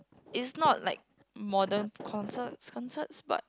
it's not like modern concerts concerts but